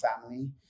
family